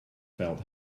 felt